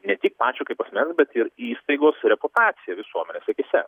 ne tik pačio kaip asmens bet ir įstaigos reputaciją visuomenės akyse